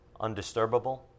undisturbable